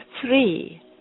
three